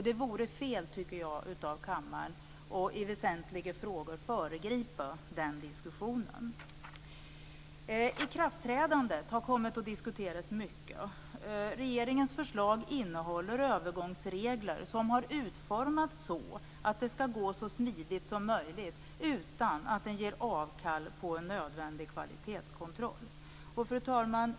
Det vore fel av kammaren att i väsentliga frågor föregripa den diskussionen. Ikraftträdandet har kommit att diskuteras mycket. Regeringens förslag innehåller övergångsregler som har utformats så att det skall gå så smidigt som möjligt utan att man ger avkall på en nödvändig kvalitetskontroll. Fru talman!